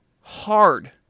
hard